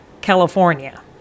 California